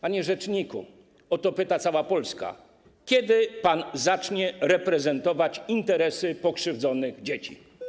Panie rzeczniku, o to pyta cała Polska: Kiedy pan zacznie reprezentować interesy pokrzywdzonych dzieci?